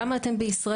למה אתם בישראל?